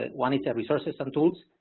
one is the resources and tools,